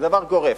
זה דבר גורף.